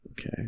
Okay